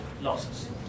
losses